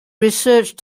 research